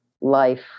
life